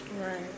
Right